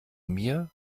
mir